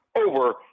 Over